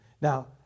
Now